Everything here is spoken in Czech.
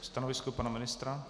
Stanovisko pana ministra?